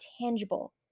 tangible